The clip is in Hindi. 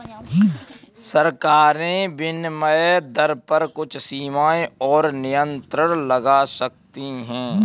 सरकारें विनिमय दर पर कुछ सीमाएँ और नियंत्रण लगा सकती हैं